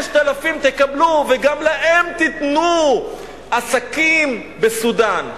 5,000 תקבלו, וגם להם תיתנו עסקים בסודן.